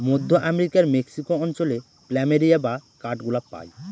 মধ্য আমেরিকার মেক্সিকো অঞ্চলে প্ল্যামেরিয়া বা কাঠগোলাপ পাই